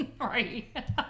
Right